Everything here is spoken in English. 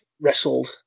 wrestled